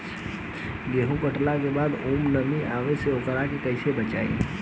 गेंहू कटला के बाद ओमे नमी आवे से ओकरा के कैसे बचाई?